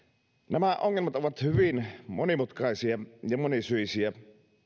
nämä ongelmat ovat hyvin monimutkaisia ja monisyisiä